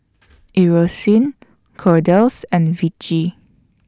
Eucerin Kordel's and Vichy